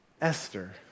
Esther